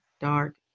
dark